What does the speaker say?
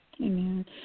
Amen